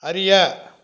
அறிய